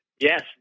yes